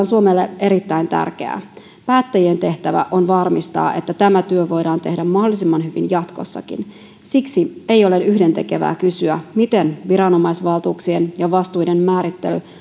suomelle erittäin tärkeää päättäjien tehtävä on varmistaa että tämä työ voidaan tehdä mahdollisimman hyvin jatkossakin siksi ei ole yhdentekevää kysyä miten viranomaisvaltuuksien ja vastuiden määrittely